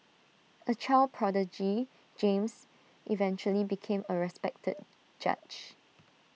A child prodigy James eventually became A respected judge